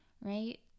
right